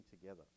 together